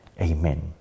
Amen